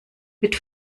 mit